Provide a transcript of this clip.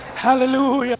Hallelujah